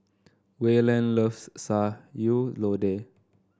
Wayland loves Sayur Lodeh